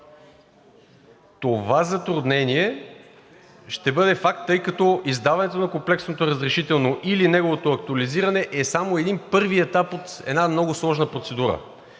Това затруднение ще бъде факт, тъй като издаването на комплексното разрешително или неговото актуализиране е само един първи етап от една много сложна процедура.